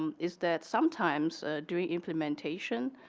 um is that sometimes during implement ation